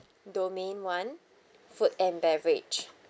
domain one food and beverage